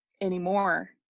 anymore